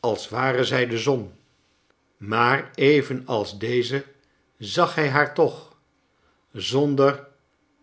als ware zij de zon maar even als deze zag hij haar toch zonder